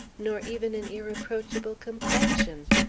nor even an irreproachable complexion.